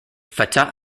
fateh